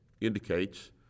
indicates